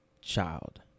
child